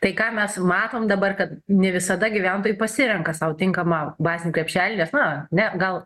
tai ką mes matom dabar kad ne visada gyventojai pasirenka sau tinkamą bazinį krepšelį nes na ne gal